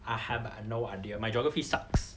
I have no idea my geography sucks